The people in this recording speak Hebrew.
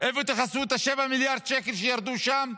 מהיכן תכסו את 7 מיליארד השקלים שירדו שם.